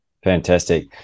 Fantastic